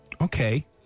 Okay